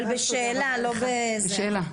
בשאלה.